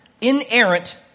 inerrant